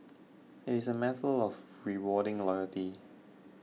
it is a matter of rewarding loyalty